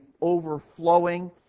overflowing